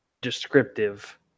descriptive